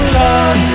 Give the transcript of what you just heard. love